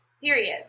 serious